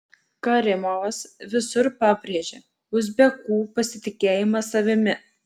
karimovas visur pabrėžia uzbekų pasitikėjimą savimi